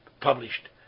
published